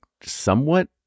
somewhat